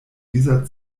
dieser